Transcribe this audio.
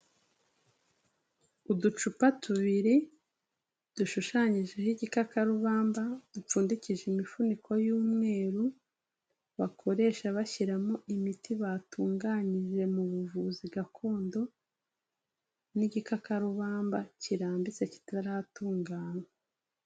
Uducupa tubiri dushushanyijeho igikakarubamba, dupfundikije imifuniko y'umweru, bakoresha bashyiramo imiti batunganije mu buvuzi gakondo n'igikakarubamba kirambitse kitaratunganywa.